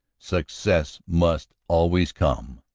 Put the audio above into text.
success must always come.